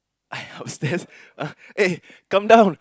I upstairs ah eh come down